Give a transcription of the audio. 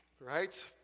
Right